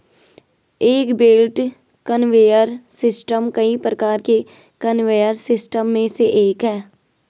एक belt conveyor system कई प्रकार के कन्वेयर सिस्टम में से एक है